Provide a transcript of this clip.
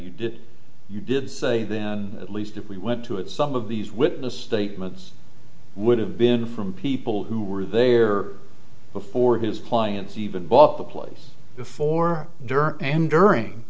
you did you did say then at least if we went to it some of these witness statements would have been from people who were there before his clients even bought the place before during and during